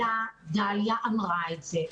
דליה אמרה את זה.